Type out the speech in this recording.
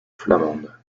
flamande